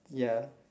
ya